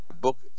book